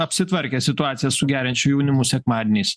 apsitvarkė situacija su geriančiu jaunimu sekmadieniais